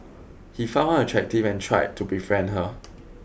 he found her attractive and tried to befriend her